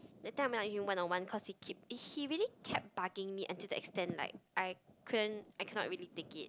that time I went out with him one on one cause he keep he really kept bugging me until the extent like I couldn't I cannot really take it